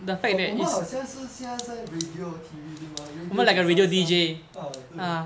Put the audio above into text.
我们好像是现在 radio T_V 对吗 radio 九三三 ah 对对